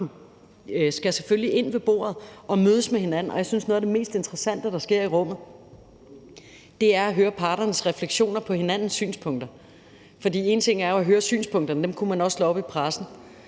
skal selvfølgelig ind til bordet og mødes med hinanden. Jeg synes, at noget af det mest interessante, der sker i rummet, er at høre parternes refleksioner på hinandens synspunkter; for en ting er jo at høre synspunkterne – dem kunne man også slå op i pressen,